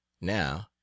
Now